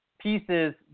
pieces